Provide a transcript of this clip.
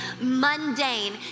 mundane